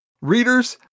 Reader's